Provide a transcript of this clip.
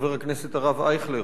חבר הכנסת הרב אייכלר.